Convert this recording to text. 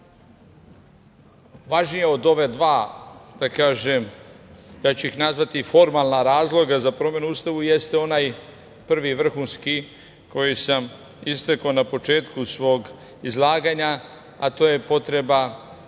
važnija od ova dva, nazvaću ih, formalna razloga za promenu Ustava jeste onaj prvi vrhunski koji sam istakao na početku svog izlaganja, a to je potreba